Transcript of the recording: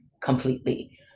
completely